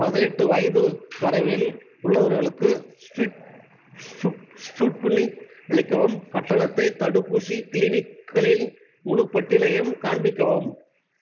பதினெட்டு வயது வரவில் உள்ளவர்களுக்கு ஸ்புட்னிக் அளிக்கவும் கட்டணத்தை தடுப்பூசி கிளினிக்குகளின் முழுப் பட்டியலையும் காண்பிக்கவும்